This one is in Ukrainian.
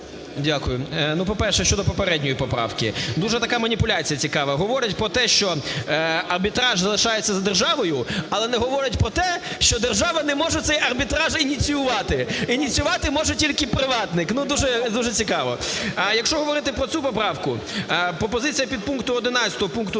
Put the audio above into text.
Дякую. По-перше, щодо попередньої поправки дуже така маніпуляція цікава. Говорить про те, що арбітраж залишається за державою, але не говорить про те, що держава не може цей арбітраж ініціювати. Ініціювати може тільки приватник. Ну, дуже, дуже цікаво. А якщо говорити про цю поправку, пропозиція підпункту 11 пункту